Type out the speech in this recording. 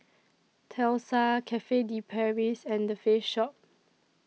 Tesla Cafe De Paris and The Face Shop